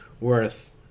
worth